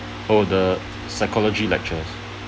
oh the psychology lectures